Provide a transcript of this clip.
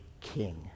king